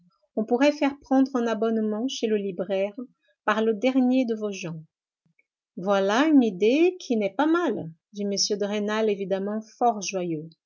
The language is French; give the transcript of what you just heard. on pourrait faire prendre un abonnement chez le libraire par le dernier de vos gens voilà une idée qui n'est pas mal dit m de rênal évidemment fort joyeux